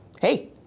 hey